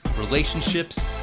relationships